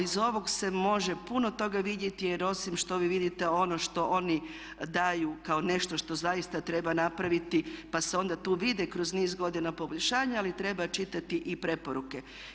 Iz ovog se može puno toga vidjeti jer osim što vi vidite ono što oni daju kao nešto što zaista treba napraviti pa se onda tu vide kroz niz godina poboljšanja ali treba čitati i preporuke.